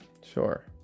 sure